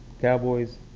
Cowboys